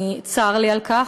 צר לי על כך.